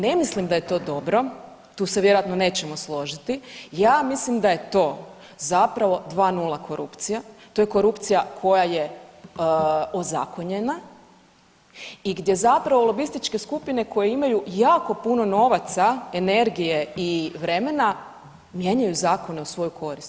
Ne mislim da je to dobro, tu se vjerojatno nećemo složiti, ja mislim da je to zapravo 2.0 korupcija, to je korupcija koja je ozakonjena i gdje zapravo lobističke skupine koje imaju jako puno novaca, energije i vremena, mijenjaju zakone u svoju korist.